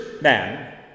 man